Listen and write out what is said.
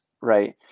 right